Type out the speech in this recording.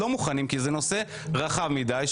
לא מוכנים כי זה נושא רחב מדי,